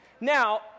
Now